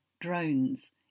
drones